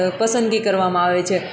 પસંદગી કરવામાં આવે છે